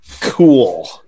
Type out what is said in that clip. Cool